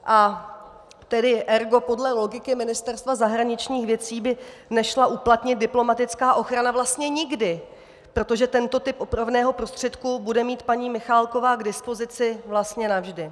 A tedy ergo podle logiky Ministerstva zahraničních věcí by nešla uplatnit diplomatická ochrana vlastně nikdy, protože tento typ opravného prostředku bude mít paní Michaláková k dispozici vlastně navždy.